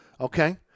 okay